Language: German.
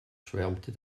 schwärmte